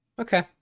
Okay